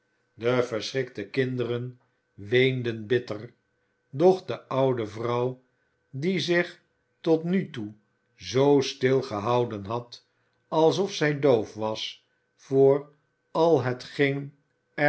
de verschrikte kinderen weenden bitter doch de oude vrouw die zich tot nu toe zoo stil gehouden had alsof zij doof was voor al hetgeen